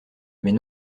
mais